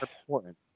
important